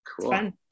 Cool